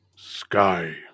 Sky